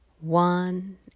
one